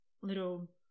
little